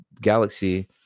galaxy